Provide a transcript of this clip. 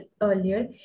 earlier